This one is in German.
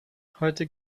heute